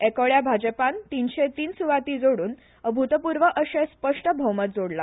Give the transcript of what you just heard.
एकोड्या भाजपान तीनशे तीन सुवाती जोडुन अभुतपुर्व अशे स्पष्ट भौमत जोडला